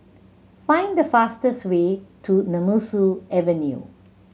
find the fastest way to Nemesu Avenue